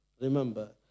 remember